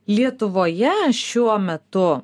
lietuvoje šiuo metu